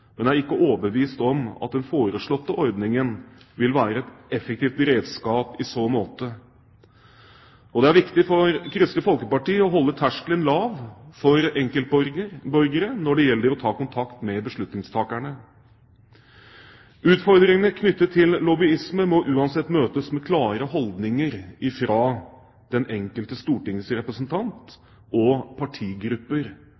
men er ikke overbevist om at den foreslåtte ordningen vil være et effektivt redskap i så måte. Og det er viktig for Kristelig Folkeparti å holde terskelen lav for enkeltborgere når det gjelder å ta kontakt med beslutningstakerne. Utfordringene knyttet til lobbyisme må uansett møtes med klare holdninger fra den enkelte